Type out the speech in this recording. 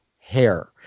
hair